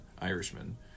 Irishman